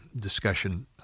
discussion